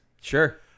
Sure